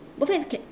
both hands can